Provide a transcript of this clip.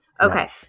Okay